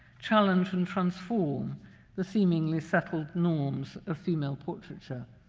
challenge and transform the seemingly settled norms of female portraiture.